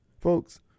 Folks